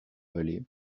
vallée